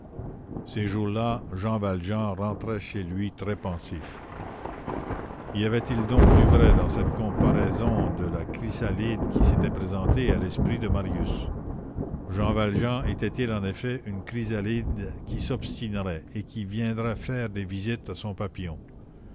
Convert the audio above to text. ces jours-là jean valjean rentrait chez lui très pensif y avait-il donc du vrai dans cette comparaison de la chrysalide qui s'était présentée à l'esprit de marius jean valjean était-il en effet une chrysalide qui s'obstinerait et qui viendrait faire des visites à son papillon